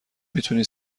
میتونی